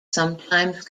sometimes